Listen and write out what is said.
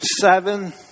seven